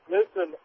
Listen